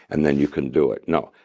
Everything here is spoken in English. and then you can do it. no.